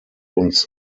uns